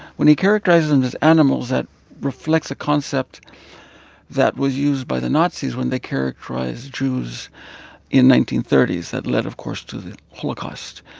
when he characterizes them and as animals, that reflects a concept that was used by the nazis when they characterized jews in nineteen thirty s. that led, of course, to the holocaust.